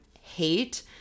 hate